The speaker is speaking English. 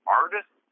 artist